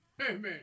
Amen